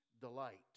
delight